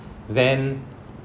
then